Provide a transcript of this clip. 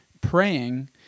praying